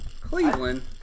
Cleveland